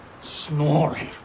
snoring